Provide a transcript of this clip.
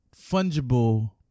Fungible